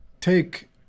take